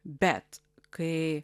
bet kai